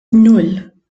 nan